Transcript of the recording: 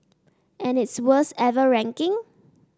and its worst ever ranking